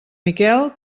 miquel